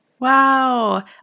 Wow